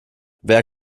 wer